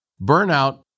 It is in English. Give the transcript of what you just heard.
Burnout